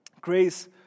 Grace